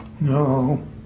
No